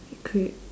could